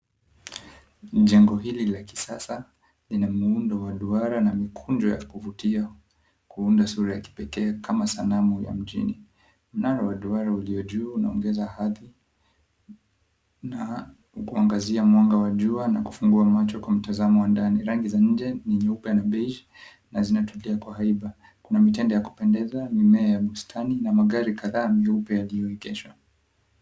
Jengo hili la kisasa, lina muundo wa duara na mikunjo ya kuvutia, kuunda sura ya kipekee, kama sanamu ya mjini. Mnara wa duara ulio juu unaongeza hadhi, na kuangazia mwanga wa jua na kufungua macho kwa mtazamo wa ndani. Rangi za nje ni nyeupe na beij na zinatokea kwa haiba. Kuna mitende ya kupendeza, mimea ya bustani, na magari kadhaa meupe yaliyoegeshwa.